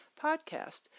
podcast